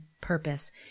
purpose